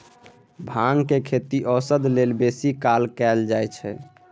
भांगक खेती औषध लेल बेसी काल कएल जाइत छै